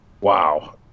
wow